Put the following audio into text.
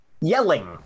Yelling